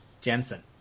Jensen